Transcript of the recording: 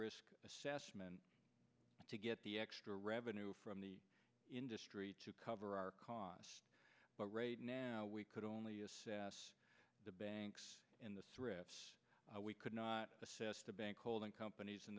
risk assessment to get the extra revenue from the industry to cover our costs but right now we could only assess the banks in the us we could not assess the bank holding companies in